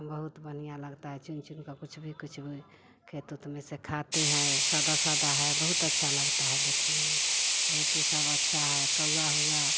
बहुत बनिया लगता है छुन छुन का कुछ भी कुछ भी खेत ऊत में से खाते हैं सादा सादा है बहुत अच्छा लगता है देखने में बहुत सब अच्छा है कौआ हुआ